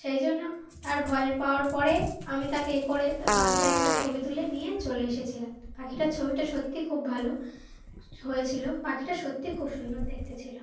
সেই জন্য তার ভয় পাওয়ার পরে আমি তাকে এ করে পাখিটা একটা ছবি তুলে নিয়ে চলে এসেছিলাম পাখিটার ছবিটা সত্যি খুব ভালো হয়েছিলো পাখিটা সত্যিই খুব সুন্দর দেখতে ছিল